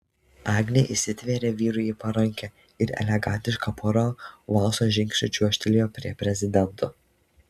agnė įsitvėrė vyrui į parankę ir elegantiška pora valso žingsniu čiuožtelėjo prie prezidento